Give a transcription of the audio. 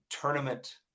tournament